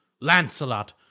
Lancelot